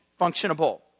Functionable